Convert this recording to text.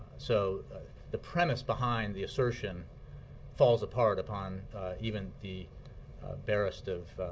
so the premise behind the assertion falls apart upon even the barest of